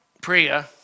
Priya